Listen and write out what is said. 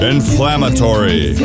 Inflammatory